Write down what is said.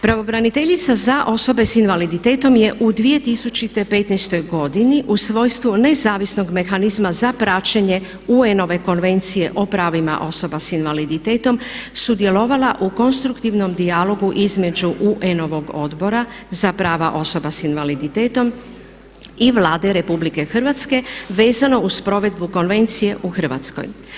Pravobraniteljica za osobe s invaliditetom je u 2015. godini u svojstvu nezavisnog mehanizma za praćenje UN-ove Konvencije o pravima osoba s invaliditetom sudjelovala u konstruktivnom dijalogu između UN-ovog odbora za prava osoba s invaliditetom i Vlade RH vezano uz provedbu konvencije u Hrvatskoj.